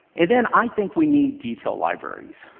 and then i think we need detail libraries.